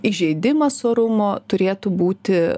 įžeidimas orumo turėtų būti